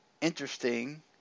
interesting